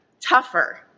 tougher